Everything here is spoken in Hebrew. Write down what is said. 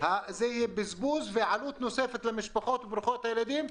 זה יהיה בזבוז ועלות נוספת למשפחות ברוכות הילדים.